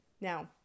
Now